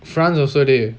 france also dey